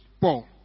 Paul